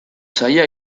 zaila